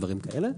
דברים כאלה.